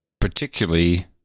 particularly